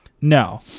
no